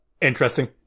interesting